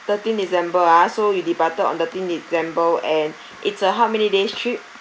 thirteen december ah so you departed on thirteen december and it's a how many days' trip